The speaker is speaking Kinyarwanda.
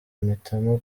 mpitamo